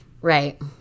right